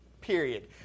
period